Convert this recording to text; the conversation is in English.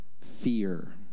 fear